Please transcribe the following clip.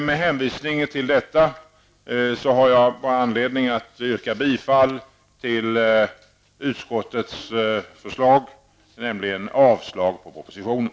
Med hänvisning till detta, herr talman, har jag anledning att yrka bifall till utskottets hemställan innebärande avslag på propositionen.